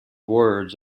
words